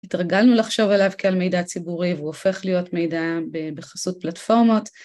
התרגלנו לחשוב עליו כעל מידע ציבורי והוא הופך להיות מידע בחסות פלטפורמות.